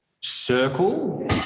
Circle